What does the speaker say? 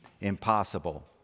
impossible